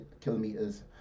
kilometers